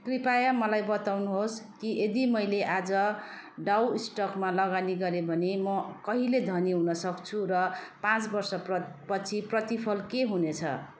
कृपया मलाई बताउनुहोस् कि यदि मैले आज डाउ स्टकमा लगानी गरेँ भने म कहिले धनी हुनसक्छु र पाँच वर्षपछि प्रतिफल के हुनेछ